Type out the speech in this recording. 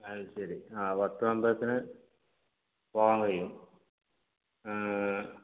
അത് ശരി ആ പത്ത് മെമ്പേഴ്സിന് പോകാൻ കഴിയും